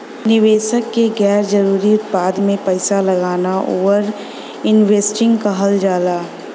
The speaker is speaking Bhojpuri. निवेशक क गैर जरुरी उत्पाद में पैसा लगाना ओवर इन्वेस्टिंग कहल जाला